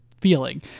feeling